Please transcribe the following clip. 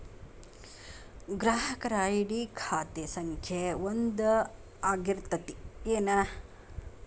ಗ್ರಾಹಕರ ಐ.ಡಿ ಖಾತೆ ಸಂಖ್ಯೆ ಒಂದ ಆಗಿರ್ತತಿ ಏನ